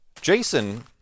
Jason